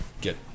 get